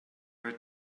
her